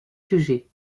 sujets